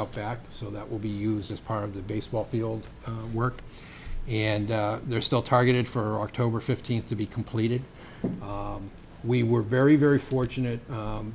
out back so that will be used as part of the baseball field work and they're still targeted for october fifteenth to be completed we were very very fortunate